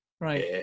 right